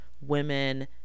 women